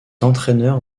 entraîneur